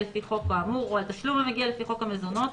לפי החוק האמור או על תשלום המגיע לפי חוק המזונות,